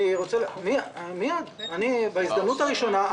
בהזדמנות הראשונה.